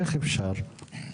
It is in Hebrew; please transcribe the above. איך אפשר?